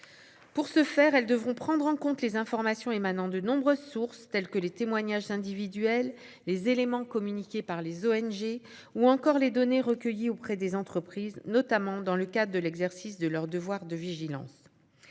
Pour ce faire, elles devront prendre en compte les informations émanant de nombreuses sources, telles que les témoignages individuels, les éléments communiqués par les ONG ou encore les données recueillies auprès des entreprises, notamment dans le cadre de l'exercice de leur devoir de vigilance.